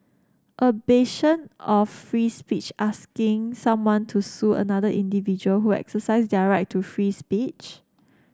a bastion of free speech asking someone to sue another individual who exercised their right to free speech